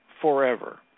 forever